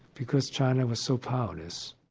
because china was so powerless.